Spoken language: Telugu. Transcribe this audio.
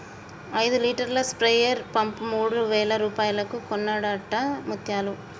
ఐదు లీటర్ల స్ప్రేయర్ పంపు మూడు వేల రూపాయలకు కొన్నడట ముత్యాలు